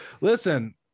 Listen